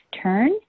turn